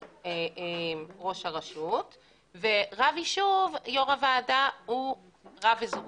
ראש היישוב וברב יישוב יו"ר הוועדה הוא רב אזורי.